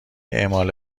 اعمال